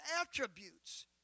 attributes